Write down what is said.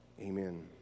Amen